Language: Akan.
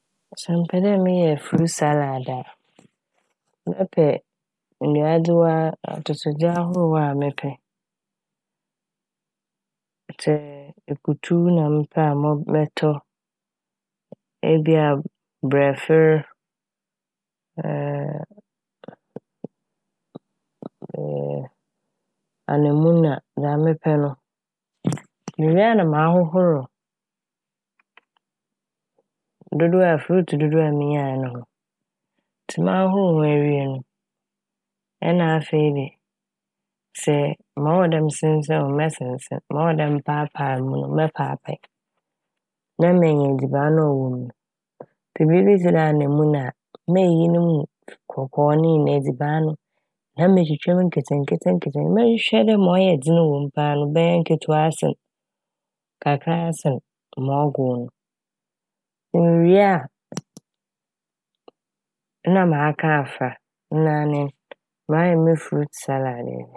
Sɛ mepɛ dɛ meyɛ "fruit salad"a mɛpɛ nduadzewa, atosodze ahorow a mepɛ. Sɛ ekutu na mepɛ a mɔ-mɔtɔ, ebi a brɛfɛr, anamuna, dza mepɛ no, mewie a na mahohoor dodow a, "fruit" dodow a minyae no ho. Ntsi mahohoor ho ewie no nna afei de, sɛ ma ɔwɔ dɛ mesenseen ho mɛsensen, ma ɔwɔ de mepaapaa mu mɛpaapae, na menya edziban no a ɔwɔ mu no. Mepɛ biibi tse dɛ anamuna a meyiyi no mu kɔkɔɔ ne nyinaa, edziban no na metwitwa ne mu nketsenketse, mɔhwɛ dɛ ma ɔyɛ dzen paa wɔ mu no bɛyɛ nketewa asen, kakra a asen ma ɔgow no. Mewie na maka afora nna anye n', mayɛ mo."fruit salad" ewie.